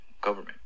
government